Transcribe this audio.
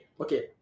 Okay